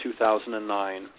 2009